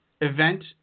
event